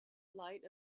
light